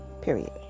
Period